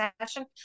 session